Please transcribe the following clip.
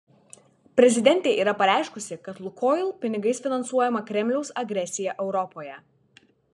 prezidentė yra pareiškusi kad lukoil pinigais finansuojama kremliaus agresija europoje